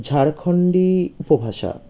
ঝাড়খণ্ডী উপভাষা